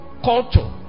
culture